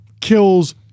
kills